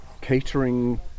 catering